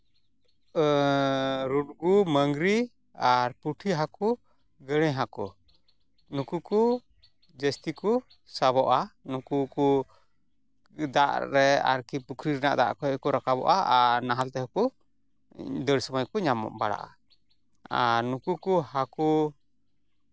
ᱨᱩᱰᱜᱩ ᱢᱟᱝᱜᱽᱨᱤ ᱟᱨ ᱯᱩᱴᱷᱤ ᱦᱟᱹᱠᱩ ᱜᱟᱹᱲᱟᱹᱭ ᱦᱟᱹᱠᱩ ᱱᱩᱠᱩ ᱠᱚ ᱡᱟᱹᱥᱛᱤ ᱠᱚ ᱥᱟᱵᱚᱜᱼᱟ ᱱᱩᱠᱩ ᱠᱚ ᱫᱟᱜ ᱨᱮ ᱟᱨᱠᱤ ᱯᱩᱠᱷᱨᱤ ᱨᱮᱱᱟᱜ ᱫᱟᱜ ᱠᱷᱚᱡ ᱠᱚ ᱨᱟᱠᱟᱵᱚᱜᱼᱟ ᱟᱨ ᱱᱟᱦᱮᱞ ᱛᱮᱦᱚᱸ ᱠᱚ ᱫᱟᱹᱲ ᱥᱚᱢᱚᱭ ᱠᱚ ᱧᱟᱢ ᱵᱟᱲᱟᱜᱼᱟ ᱟᱨ ᱱᱩᱠᱩ ᱠᱚ ᱦᱟᱹᱠᱩ